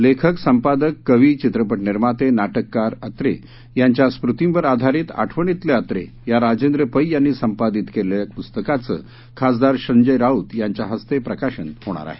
लेखक संपादक कवी चित्रपट निर्माते नाटककार अत्रे यांच्या स्मृतींवर आधारीत आठवणीतले अत्रे या राजेंद्र पै यांनी संपादित केलेल्या पुस्तकाचं खासदार संजय राऊत यांच्या हस्ते प्रकाशन होणार आहे